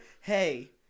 Hey